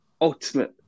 ultimate